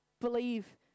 believe